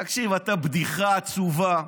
תקשיב, אתה בדיחה עצובה.